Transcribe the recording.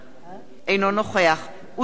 אינו נוכח עוזי לנדאו,